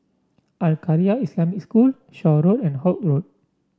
Al Khairiah Islamic School Shaw Road and Holt Road